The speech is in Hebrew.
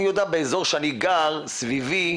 אני יודע שבאזור שאני גר, סביבי,